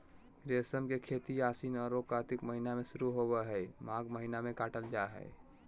रेशम के खेती आशिन औरो कार्तिक महीना में शुरू होबे हइ, माघ महीना में काटल जा हइ